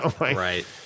right